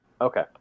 Okay